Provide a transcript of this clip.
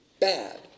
bad